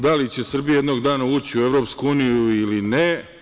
Da li će Srbija jednog dana ući u EU ili ne?